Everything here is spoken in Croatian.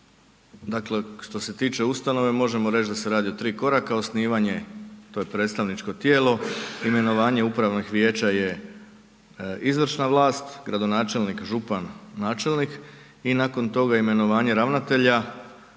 Dakle, što se tiče ustanove, možemo reći da se radi o tri koraka, osnivanje, to je predstavničko tijelo, imenovanje upravnih vijeća je izvršna vlast, gradonačelnik, župan, načelnik i nakon toga imenovanje ravnatelja,